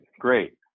Great